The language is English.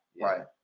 right